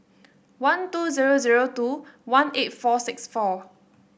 one two zero zero two one eight four six four